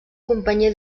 companyia